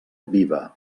viva